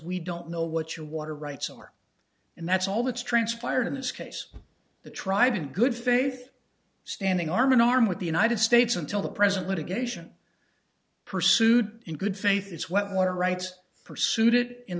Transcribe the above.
we don't know what your water rights are and that's all that's transpired in this case the tribe in good faith standing arm in arm with the united states until the present litigation pursued in good faith it's what water rights pursued it in